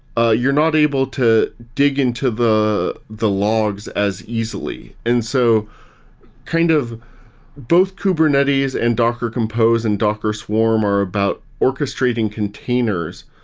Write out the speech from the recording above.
ah you're not able to dig into the the logs as easily. and so kind of both kubernetes and docker compose and docker swarm are about orchestrating containers.